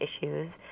issues